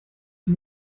die